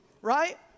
right